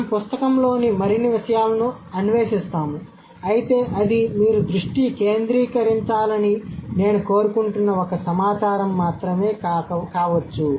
మేము పుస్తకంలోని మరిన్ని విషయాలను అన్వేషిస్తాము అయితే అది మీరు దృష్టి కేంద్రీకరించాలని నేను కోరుకుంటున్న ఒక సమాచారం మాత్రమే కావచ్చు